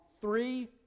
three